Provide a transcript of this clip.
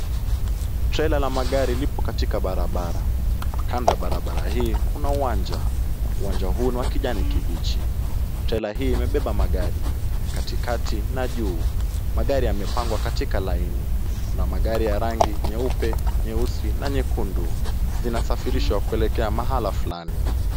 Trela la magari lipo katika barabara. Kando ya barabara hii kuna uwanja. Uwanja huu ni wa kijani kibichi. Trela hii imebeba magari katikati na juu. Magari yamepangwa katika laini. Kuna magari ya rangi nyeupe, nyeusi na nyekundu zinasafirishwa kuelekea mahala fulani.